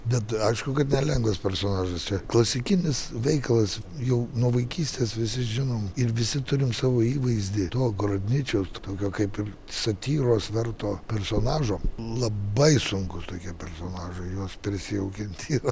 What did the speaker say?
bet aišku kad nelengvas personažas čia klasikinis veikalas jau nuo vaikystės visi žinom ir visi turim savo įvaizdį to gorodničiaus to tokio kaip ir satyros verto personažo labai sunkūs tokie personažai juos prisijaukint yra